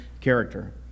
character